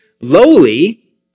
lowly